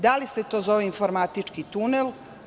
Da li se to zove informatički tunel?